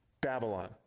Babylon